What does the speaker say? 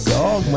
dog